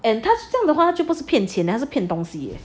and thus 这样的话他们就不是骗钱是骗东西